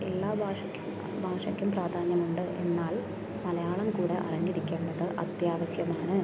എല്ലാ ഭാഷയ്ക്കും ഭാഷയ്ക്കും പ്രാധാന്യമുണ്ട് എന്നാൽ മലയാളം കൂടി അറിഞ്ഞിരിക്കണ്ടത് അത്യാവശ്യമാണ്